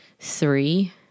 three